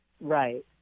Right